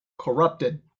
corrupted